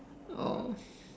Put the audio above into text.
oh